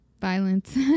violence